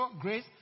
grace